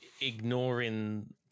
ignoring